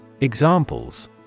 Examples